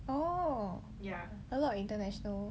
oh a lot of international